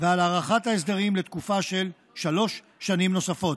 ועל הארכת ההסדרים לתקופה של שלוש שנים נוספות.